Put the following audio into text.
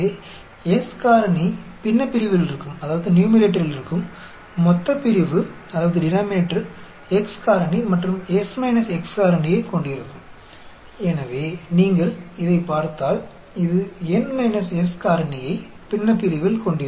तो यदि आप इसे देखते हैं तो इसके न्यूमैरेटर में N S फैक्टोरियल होगा डिनॉमिनेटर में छोटा n x फैक्टोरियल फिर कैपिटल N S छोटा n प्लस x फैक्टोरियल फिर से